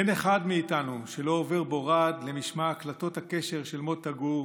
אין אחד מאיתנו שלא עובר בו רעד למשמע הקלטות הקשר של מוטה גור: